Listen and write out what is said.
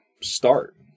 Start